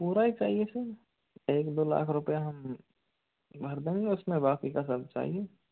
पूरा ही चाहिए सर एक दो लाख रुपये हम भर देंगे उसमें बाकी का सब चाहिए